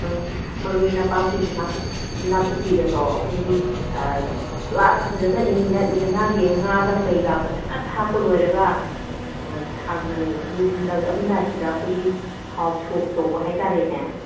ꯎꯝ ꯃꯔꯣꯏ ꯅꯄꯥꯛꯄꯤꯒ ꯅꯥꯀꯨꯞꯄꯤꯒꯗꯣ ꯑꯩꯈꯣꯏꯒꯤ ꯄꯨꯔꯥ ꯐꯖꯅ ꯏꯟꯖꯥꯡꯁꯦ ꯉꯥꯒ ꯀꯩꯒ ꯐꯖꯅ ꯊꯥꯛꯄ ꯂꯣꯏꯔꯒ ꯊꯥꯡꯗꯔ ꯂꯣꯏꯁꯜꯂꯛꯑꯝꯗꯥꯏꯁꯤꯗ ꯑꯩꯈꯣꯏꯒꯤ ꯊꯥꯎ ꯁꯣꯛ ꯇꯧꯕ ꯍꯥꯏꯇꯥꯔꯦꯅꯦ